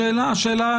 השאלה,